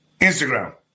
Instagram